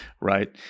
Right